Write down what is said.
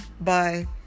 Bye